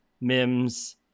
Mims